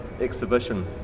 exhibition